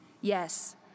Yes